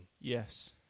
yes